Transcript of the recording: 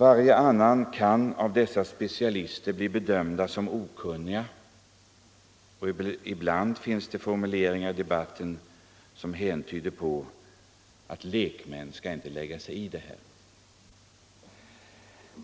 Alla andra kan av dessa specialister bli bedömda som okunniga, och ibland finns det formuleringar i debatten som antyder att detta skall inte lekmän lägga sig i.